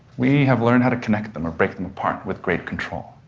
we have learned how to connect them or break them apart with great control.